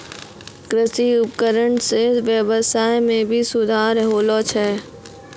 कृषि उपकरण सें ब्यबसाय में भी सुधार होलो छै